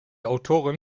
autoren